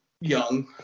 young